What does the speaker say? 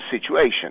situation